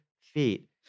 feet